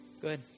Good